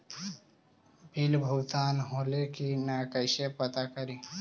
Bill भुगतान होले की न कैसे पता करी?